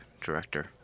director